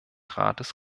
rates